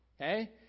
Okay